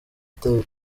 taylor